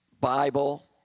Bible